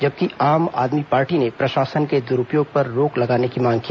जबकि आम आदमी पार्टी ने प्रशासन के दुरूपयोग पर रोक लगाने की मांग की